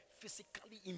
physically